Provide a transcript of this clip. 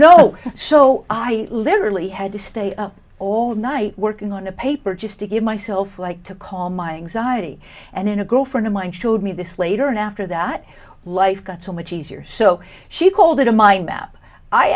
no so i literally had to stay up all night working on the paper just to give myself like to call my anxiety and in a girlfriend of mine showed me this later and after that life got so much easier so she called it